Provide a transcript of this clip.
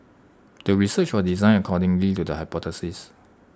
the research was designed according to the hypothesis